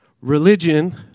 Religion